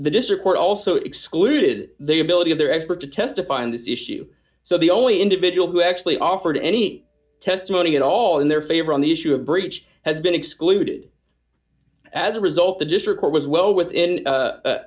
the district court also excluded the ability of their expert to testify in this issue so the only individual who actually offered any testimony at all in their favor on the issue of breach had been excluded as a result the district court was well with